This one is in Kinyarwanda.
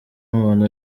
umuntu